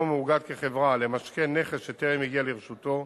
מאוגד כחברה למשכן נכס שטרם הגיע לרשותו.